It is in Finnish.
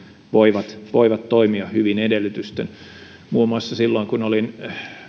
voivat edelleen toimia hyvin edellytyksin muun muassa silloin kun olin